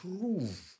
prove